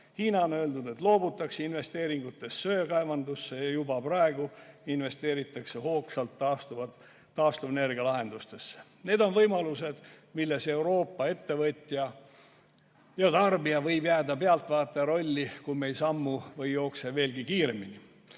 Hiina on öelnud, et loobutakse investeeringutest söekaevandustesse ja juba praegu investeeritakse hoogsalt taastuvenergia lahendustesse. Need on võimalused, milles Euroopa ettevõtja ja tarbija võib jääda pealtvaataja rolli, kui me ei sammu või ei jookse veelgi kiiremini.